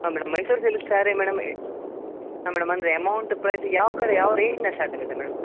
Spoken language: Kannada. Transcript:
ಹಾಂ madam Mysore silk sari madam ಎ ಹಾಂ ಮೇಡಮ್ ಅಂದರೆ ಅಮೌಂಟ್ ಪ್ರೈಸ್ ಯಾವ ಕಡೆ ಯಾವ ರೇಂಜಿಂದ ಸ್ಟಾರ್ಟ್ ಆಗುತ್ತೆ ಮೇಡಮ್